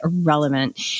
irrelevant